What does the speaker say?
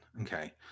Okay